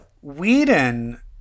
Whedon